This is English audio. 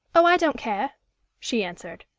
oh, i don't care she answered.